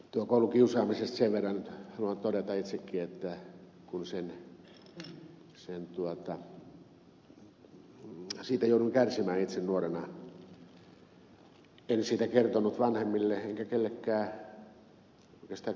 tuosta koulukiusaamisesta sen verran haluan todeta itsekin että kun siitä jouduin kärsimään itse nuorena niin en siitä kertonut vanhemmilleni enkä kellekään oikeastaan kavereillekaan